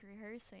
rehearsing